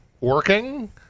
working